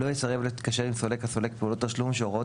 לא יסרב להתקשר עם סולק הסולק פעולות תשלום שהוראות